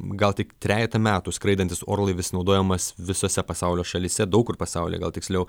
gal tik trejetą metų skraidantis orlaivis naudojamas visose pasaulio šalyse daug kur pasaulyje gal tiksliau